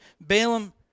Balaam